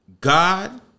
God